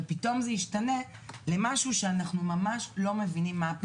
ופתאום זה השתנה למשהו שאנחנו ממש לא מבינים מה הפתרון.